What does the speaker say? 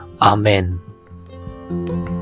Amen